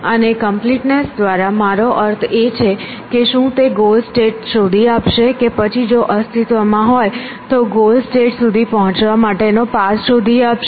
અને કમ્પલિટનેસ દ્વારા મારો અર્થ એ છે કે શું તે ગોલ સ્ટેટ શોધી આપશે કે પછી જો અસ્તિત્વમાં હોય તો ગોલ સ્ટેટ સુધી પહોંચવા માટે નો પાથ શોધી આપશે